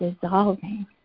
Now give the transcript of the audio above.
dissolving